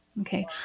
okay